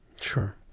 Sure